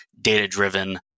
data-driven